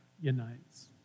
unites